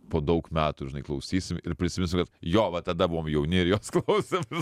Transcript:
po daug metų žinai klausysim ir prisiminsim kad jo va tada buvom jauni ir jos klausėmės